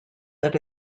that